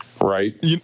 Right